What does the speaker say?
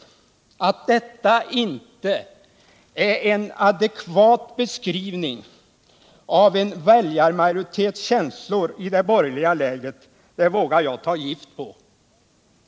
Att detta inte är en adekvat beskrivning av en väljarmajoritets känslor i det borgerliga lägret vågar jag ta gift på.